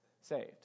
Saved